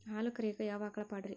ಹಾಲು ಕರಿಯಾಕ ಯಾವ ಆಕಳ ಪಾಡ್ರೇ?